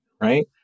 right